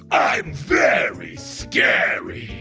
i'm very scary!